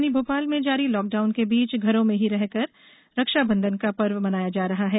राजधानी भोपाल में जारी लॉकडाउन के बीच घरों में ही रहकर रक्षाबंधन का पर्व मनाया जा रहा है